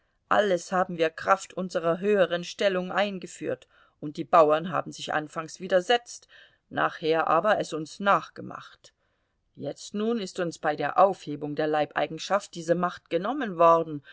alles haben wir kraft unserer höheren stellung eingeführt und die bauern haben sich anfangs widersetzt nachher aber es uns nachgemacht jetzt nun ist uns bei der aufhebung der leibeigenschaft diese macht genommen worden